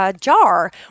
jar